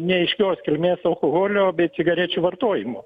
neaiškios kilmės alkoholio bei cigarečių vartojimo